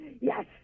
Yes